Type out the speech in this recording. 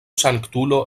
sanktulo